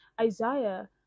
Isaiah